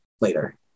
later